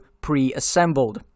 pre-assembled